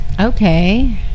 Okay